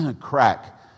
crack